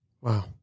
Wow